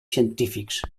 científics